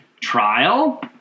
trial